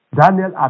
Daniel